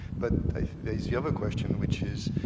but there is the other question, which is,